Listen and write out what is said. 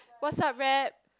what's up rap